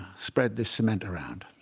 spread this cement around?